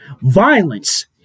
violence